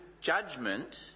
judgment